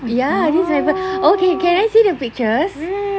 ya this is my birth~ okay can I see the pictures